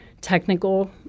technical